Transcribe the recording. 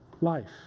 life